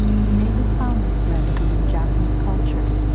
he may have found this serenity in japanese culture,